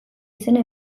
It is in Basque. izena